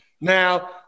Now